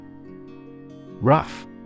Rough